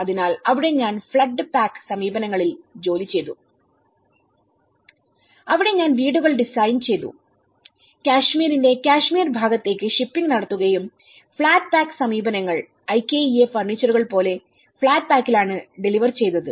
അതിനാൽ അവിടെ ഞാൻ ഫ്ളഡ് പാക്ക്സമീപനങ്ങളിൽ ജോലി ചെയ്തു അവിടെ ഞാൻ വീടുകൾ ഡിസൈൻ ചെയ്തു കശ്മീരിന്റെ കാശ്മീർ ഭാഗത്തേക്ക് ഷിപ്പിംഗ് നടത്തുകയും ഫ്ലാറ്റ് പായ്ക്ക്സമീപനങ്ങൾIKEA ഫർണിച്ചറുകൾ പോലെ ഫ്ലാറ്റ് പാക്കിലാണ് ഡെലിവർ ചെയ്തത്